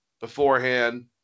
beforehand